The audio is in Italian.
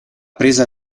presa